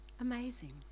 Amazing